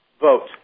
Vote